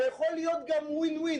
זה יכול להיות גם win win,